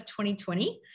2020